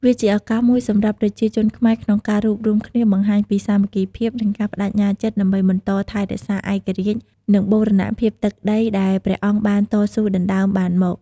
វាជាឱកាសមួយសម្រាប់ប្រជាជនខ្មែរក្នុងការរួបរួមគ្នា បង្ហាញពីសាមគ្គីភាព និងការប្ដេជ្ញាចិត្តដើម្បីបន្តថែរក្សាឯករាជ្យ និងបូរណភាពទឹកដីដែលព្រះអង្គបានតស៊ូដណ្ដើមបានមក។